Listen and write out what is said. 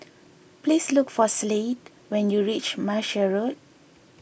please look for Slade when you reach Martia Road